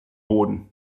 boden